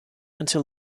until